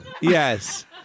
Yes